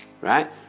right